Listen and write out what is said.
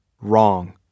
Wrong